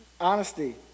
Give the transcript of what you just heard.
Honesty